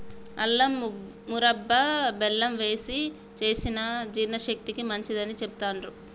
అల్లం మురబ్భ బెల్లం వేశి చేసిన జీర్ణశక్తికి మంచిదని చెబుతాండ్రు